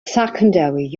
secondary